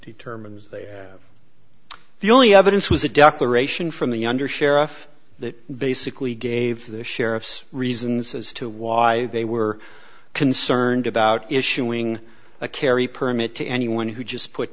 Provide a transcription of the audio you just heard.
determines the the only evidence was a declaration from the undersheriff that basically gave the sheriff's reasons as to why they were concerned about issuing a carry permit to anyone who just put